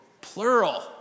plural